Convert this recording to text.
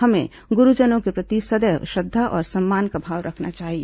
हमें गुरूजनों के प्रति सदैव श्रद्वा और सम्मान का भाव रखना चाहिए